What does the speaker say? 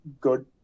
good